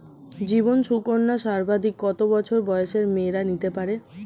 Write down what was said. জীবন সুকন্যা সর্বাধিক কত বছর বয়সের মেয়েরা নিতে পারে?